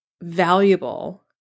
valuable